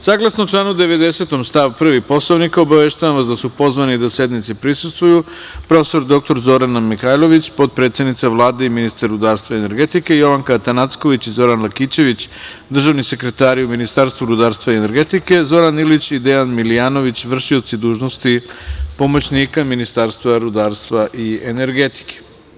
Saglasno članu 90. stav 1. Poslovnika, obaveštavam vas da su pozvani da sednici prisustvuju, profesor dr Zorana Mihajlović, potpredsednica Vlade i ministar rudarstva i energetike, Jovanka Atanacković i Zoran Lakićević, držani sekretari u Ministarstvu rudarstva i energetike, Zoran Ilić i Dejan Milijanović, vršioci dužnosti pomoćnika ministra rudarstva i energetike.